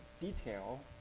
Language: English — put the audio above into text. detail